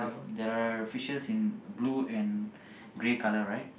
there are fishes in blue and grey colour right